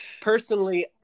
Personally